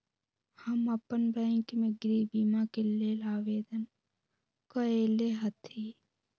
हम अप्पन बैंक में गृह बीमा के लेल आवेदन कएले हति